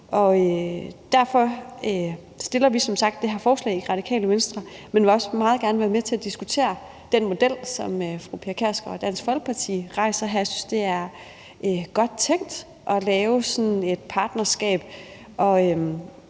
Venstres side, men vi vil også meget gerne være med til at diskutere den model, som fru Pia Kjærsgaard og Dansk Folkeparti rejser her. Jeg synes, det er godt tænkt at lave sådan et partnerskab.